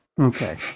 Okay